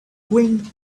going